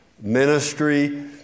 Ministry